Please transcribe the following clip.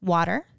Water